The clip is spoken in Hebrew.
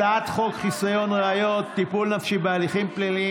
הצעת חוק חסיון ראיות (טיפול נפשי בהליכים פליליים